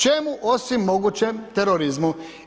Čemu, osim mogućem terorizmu.